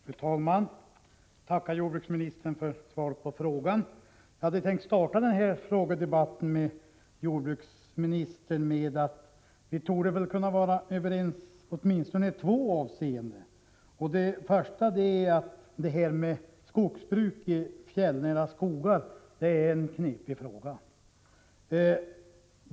Fru talman! Jag tackar jordbruksministern för svaret på frågan. Jag hade tänkt inleda den här frågedebatten med jordbruksministern med att konstatera att vi torde vara överens i åtminstone två avseenden. Det första är att skogsbruk i fjällnära skogar är en knepig fråga.